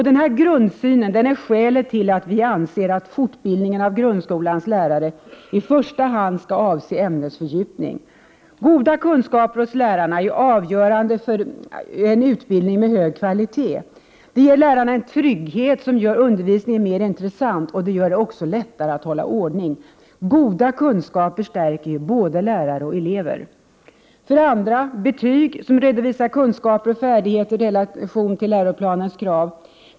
Denna grundsyn är skälet till att vi anser att fortbildningen av grundskolans lärare i första hand skall avse ämnesfördjupning. Goda kunskaper hos lärarna är avgörande för att utbildningen skall kunna ha hög kvalitet. Det ger lärarna trygghet, en trygghet som gör undervisningen mer intressant och gör det lättare att hålla ordning. Goda kunskaper stärker både lärare och elever! 2. Betyg som redovisar kunskaper och färdigheter i relation till läroplanens krav.